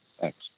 Thanks